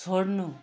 छोड्नु